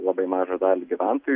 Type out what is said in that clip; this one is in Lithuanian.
labai mažą dalį gyventojų